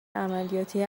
عملیاتی